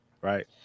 right